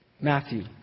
Matthew